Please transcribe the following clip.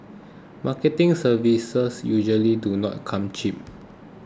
marketing services usually do not come cheap